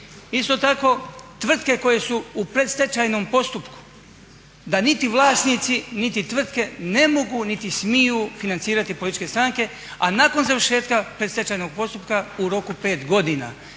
Isto tako, tvrtke koje su u predstečajnom postupku da niti vlasnici niti tvrtke ne mogu niti smiju financirati političke stranke, a nakon završetka predstečajnog postupka u roku 5 godina.